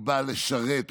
היא באה לשרת,